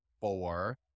four